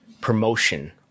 promotion